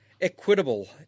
equitable